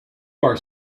are